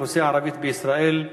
האוכלוסייה הערבית בישראל,